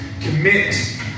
Commit